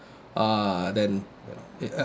uh then uh